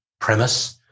premise